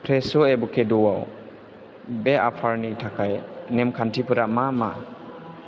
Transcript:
fresh' एभ'केड'आव बे अफारनि थाखाय नेम खान्थिफोरा मा मा